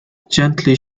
gently